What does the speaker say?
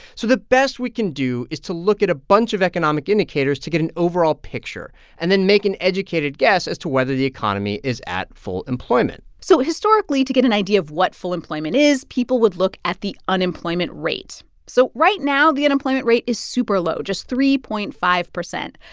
so the best we can do is to look at a bunch of economic indicators to get an overall picture and then make an educated guess as to whether the economy is at full employment so historically, to get an idea of what full employment is, people would look at the unemployment rate. so right now, the unemployment rate is super-low, just three point five zero.